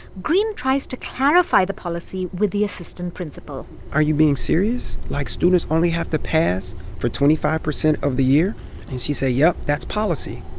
greene tries to clarify the policy with the assistant principal are you being serious? like, students only have to pass for twenty five percent of the year? and she said, yup, that's policy.